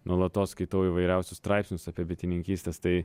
nuolatos skaitau įvairiausius straipsnius apie bitininkystes tai